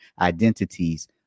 identities